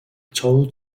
told